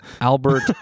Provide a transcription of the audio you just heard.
Albert